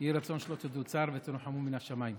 יהי רצון שלא תדעו צער ותנוחמו מן השמיים.